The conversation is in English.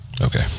Okay